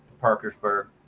Parkersburg